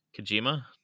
Kojima